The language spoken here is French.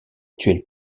actuel